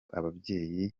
ababyeyi